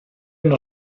non